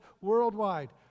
worldwide